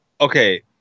Okay